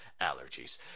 allergies